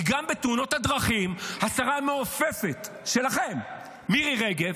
כי גם בתאונות דרכים, השרה המעופפת שלכם מירי רגב,